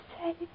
say